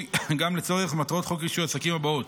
גם לצורך מטרות חוק רישוי עסקים הבאות: